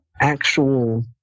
actual